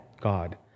God